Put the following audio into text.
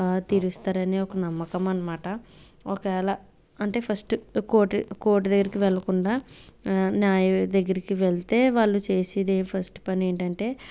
తీరుస్తారని ఒక నమ్మకం అన్నమాట ఒకవేళ అంటే ఫస్ట్ కోర్ట్ కోర్ట్ దగ్గరికి వెళ్ళకుండా న్యాయం దగ్గరికి వెళ్తే వాళ్ళు చేసేది ఏ ఫస్ట్ పని ఏంటంటే